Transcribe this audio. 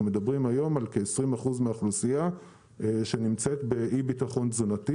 אנחנו מדברים היום על כ-20% מהאוכלוסייה שנמצאת באי-ביטחון תזונתי,